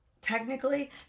Technically